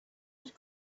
had